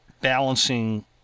balancing